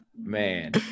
Man